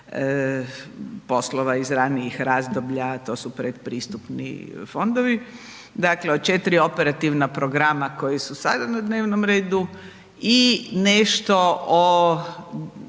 poslova iz ranijih razdoblja, to su pretpristupni fondovi, dakle od četiri operativna programa koji su sada na dnevnom redu i nešto o